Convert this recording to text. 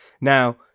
Now